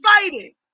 fighting